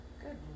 Good